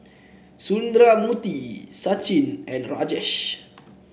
Sundramoorthy Sachin and Rajesh